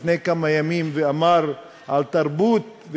לפני כמה ימים ואמר על תרבות,